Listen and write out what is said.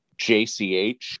jch